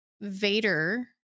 Vader